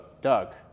Doug